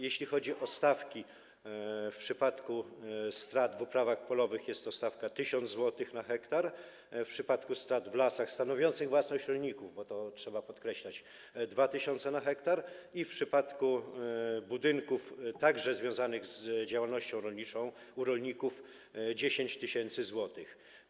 Jeśli chodzi o stawki, w przypadku strat w uprawach polowych jest to stawka 1 tys. zł na hektar, w przypadku strat w lasach stanowiących własność rolników, bo to trzeba podkreślać, 2 tys. na hektar i w przypadku budynków związanych z działalnością rolniczą 10 tys. zł.